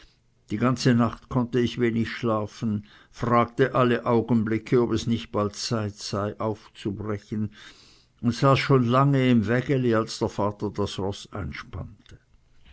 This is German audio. die ganze nacht konnte ich wenig schlafen fragte alle augenblicke ob es nicht bald zeit sei aufzubrechen und saß schon lange im wägeli als der vater das roß einspannte